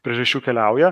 priežasčių keliauja